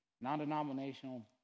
non-denominational